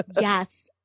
Yes